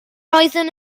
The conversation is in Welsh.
oeddwn